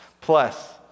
Plus